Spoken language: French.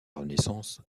renaissance